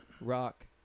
rock